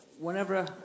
whenever